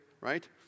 right